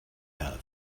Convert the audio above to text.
have